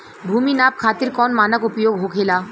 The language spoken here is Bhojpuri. भूमि नाप खातिर कौन मानक उपयोग होखेला?